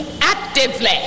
actively